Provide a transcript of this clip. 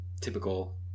typical